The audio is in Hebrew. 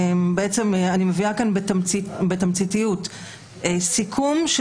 אני מביאה כאן בתמציתיות סיכום של